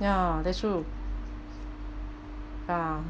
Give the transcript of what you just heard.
ya that's true ya